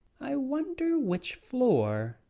i wonder which floor?